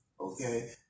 Okay